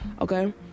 Okay